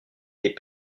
des